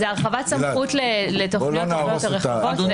זאת הרחבת סמכות לתוכניות הרבה יותר רחבות,